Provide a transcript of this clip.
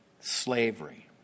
slavery